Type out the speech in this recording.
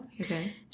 okay